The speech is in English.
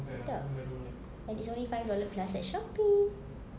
sedap and it's only five dollar plus at shopee